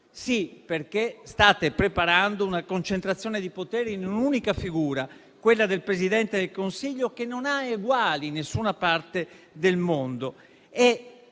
Sì, perché state preparando una concentrazione di poteri in un'unica figura, quella del Presidente del Consiglio, che non ha eguali in nessuna parte del mondo.